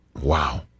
Wow